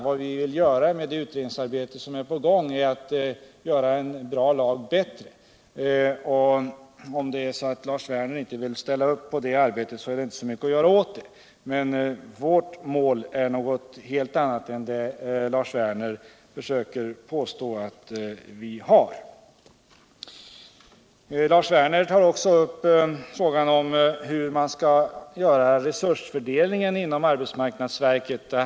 Vad vi vill med det utredningsarbete som är i gång är att göra en bra lag bättre. Om det är så att Lars Werner inte vill ställa upp på det arbetet är det inte så mycket att göra åt det. Men vårt mål är något helt annat än vad Lars Werner påstår. Lars Werner tog också upp frågan hur man skulle göra resursfördelningen inom arbetsmarknadsverket.